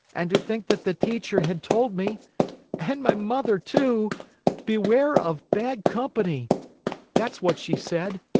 and to think that the teacher had told me and my mother, too beware of bad company that's what she said.